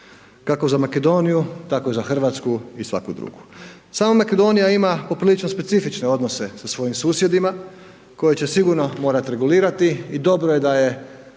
kako za Makedoniju tako i za Hrvatsku i svaku drugu. Sama Makedonija ima po prilično specifične odnose sa svojim susjedima koje će sigurno morati regulirati i dobro je da je